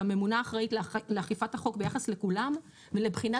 הממונה אחראית לאכיפת החוק ביחס לכולם ולבחינת